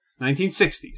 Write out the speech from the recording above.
1960s